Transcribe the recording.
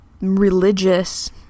religious